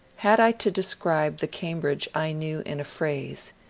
had i to describe the cambridge i knew in a phrase,